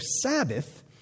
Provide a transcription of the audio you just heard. Sabbath